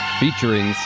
featuring